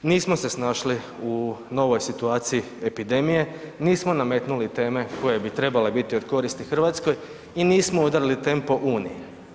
Nismo se snašli u novoj situaciji epidemije, nismo nametnuli teme koje bi trebale biti od koristi Hrvatskoj i nismo udarili tempo uniji.